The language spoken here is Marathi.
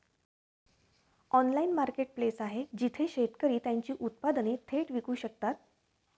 ऑनलाइन मार्केटप्लेस आहे जिथे शेतकरी त्यांची उत्पादने थेट विकू शकतात?